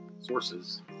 sources